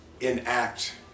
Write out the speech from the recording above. enact